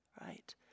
right